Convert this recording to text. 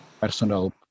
personal